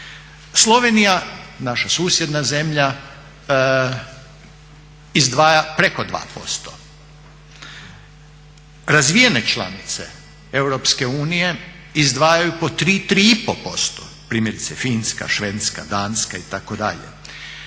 Slovenija, naša susjedna zemlja izdvaja preko 2%. Razvijene članice Europske unije izdvajaju po 3-3,5%, primjerice Finska, Švedska, Danska itd.